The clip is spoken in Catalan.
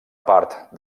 part